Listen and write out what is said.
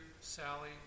Sally